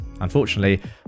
unfortunately